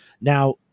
now